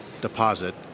deposit